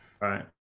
right